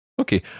Okay